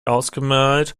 ausgemalt